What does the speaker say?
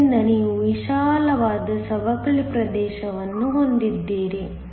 ಆದ್ದರಿಂದ ನೀವು ವಿಶಾಲವಾದ ಸವಕಳಿ ಪ್ರದೇಶವನ್ನು ಹೊಂದಿದ್ದೀರಿ